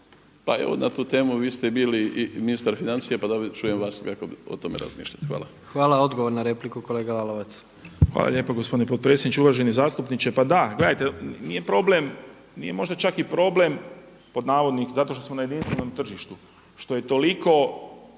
Pa evo na tu temu vi ste bili i ministar financija, pa da čujem vas kako o tome razmišljate. Hvala. **Jandroković, Gordan (HDZ)** Hvala. Odgovor na repliku, kolega Lalovac. **Lalovac, Boris (SDP)** Hvala lijepa gospodine potpredsjedniče, uvaženi zastupniče. Pa da, gledajte nije problem, nije možda čak i problem pod navodnicima zato što smo na jedinstvenom tržištu što je toliko